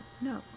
no